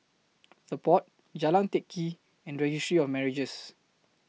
The Pod Jalan Teck Kee and Registry of Marriages